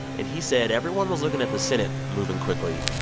and he said everyone was looking at the senate moving quickly.